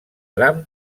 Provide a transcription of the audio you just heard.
tram